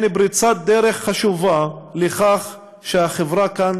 הן פריצת דרך חשובה לכך שהחברה כאן